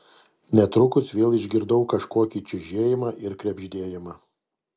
netrukus vėl išgirdau kažkokį čiužėjimą ir krebždėjimą